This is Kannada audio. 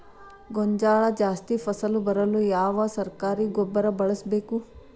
ಗೋಂಜಾಳ ಜಾಸ್ತಿ ಫಸಲು ಬರಲು ಯಾವ ಸರಕಾರಿ ಗೊಬ್ಬರ ಬಳಸಬೇಕು?